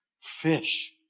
fish